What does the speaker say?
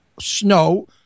snow